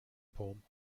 poem